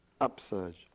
upsurge